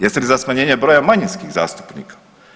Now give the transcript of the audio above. Jeste li za smanjenje broja manjinskih zastupnika?